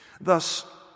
Thus